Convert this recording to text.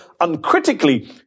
uncritically